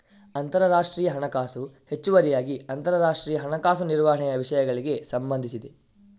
ಅಂತರರಾಷ್ಟ್ರೀಯ ಹಣಕಾಸು ಹೆಚ್ಚುವರಿಯಾಗಿ ಅಂತರರಾಷ್ಟ್ರೀಯ ಹಣಕಾಸು ನಿರ್ವಹಣೆಯ ವಿಷಯಗಳಿಗೆ ಸಂಬಂಧಿಸಿದೆ